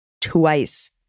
twice